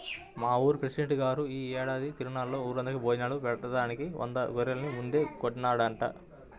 మా ఊరి పెసిడెంట్ గారు యీ ఏడాది తిరునాళ్ళలో ఊరందరికీ భోజనాలు బెట్టడానికి వంద గొర్రెల్ని ముందే కొన్నాడంట